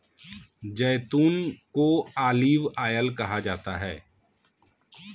जैतून को ऑलिव कहा जाता है